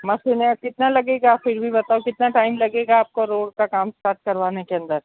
मशीनें कितना लगेगा फिर भी बताओ कितना टाइम लगेगा आपको रोड काम स्टार्ट करवाने के अन्दर